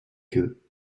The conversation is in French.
eux